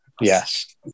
yes